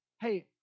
Hey